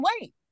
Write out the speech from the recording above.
wait